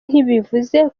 ntibivuze